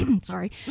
sorry